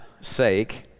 sake